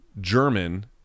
German